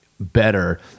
better